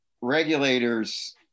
regulators